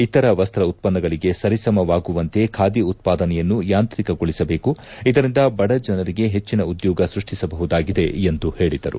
ಇತರ ವಸ್ತ ಉತ್ಪನ್ನಗಳಿಗೆ ಸರಿಸಮವಾಗುವಂತೆ ಖಾದಿ ಉತ್ಪಾದನೆಯನ್ನು ಯಾಂತ್ರಿಕಗೊಳಿಸಬೇಕು ಇದರಿಂದ ಬಡ ಜನರಿಗೆ ಹೆಚ್ಚಿನ ಉದ್ಯೋಗ ಸೃಷ್ಟಿಸಬಹುದಾಗಿದೆ ಎಂದು ಹೇಳಿದರು